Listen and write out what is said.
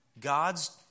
God's